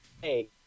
hey